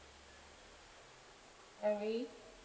alright